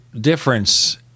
difference